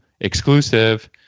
exclusive